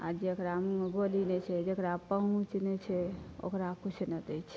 आ जेकरा मुँहमे बोली नहि छै जेकरा पहुँच नहि छै ओकरा किछु नहि दै छै